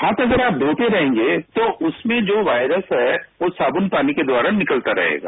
हाथ अगर आप धोते रहेंगे तो उसमें जो वोयरस है यो सावन पानी के द्वारा निकलता रहेगा